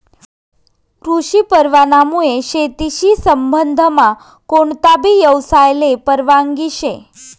कृषी परवानामुये शेतीशी संबंधमा कोणताबी यवसायले परवानगी शे